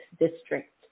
District